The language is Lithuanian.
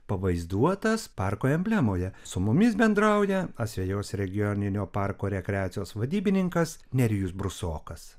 pavaizduotas parko emblemoje su mumis bendrauja asvejos regioninio parko rekreacijos vadybininkas nerijus brusokas